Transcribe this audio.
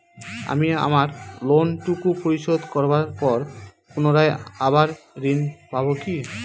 আমি আমার লোন টুকু পরিশোধ করবার পর পুনরায় আবার ঋণ পাবো কি?